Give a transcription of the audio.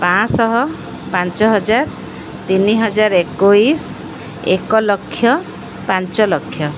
ପାଞ୍ଚ ଶହ ପାଞ୍ଚ ହଜାର ତିନି ହଜାର ଏକୋଇଶ ଏକ ଲକ୍ଷ ପାଞ୍ଚ ଲକ୍ଷ